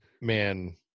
Man